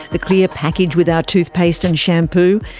the clear package with our toothpaste and shampoo,